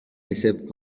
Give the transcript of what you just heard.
эсеп